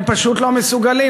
הם פשוט לא מסוגלים.